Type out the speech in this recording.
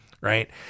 Right